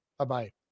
Bye-bye